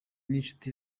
n’inshuti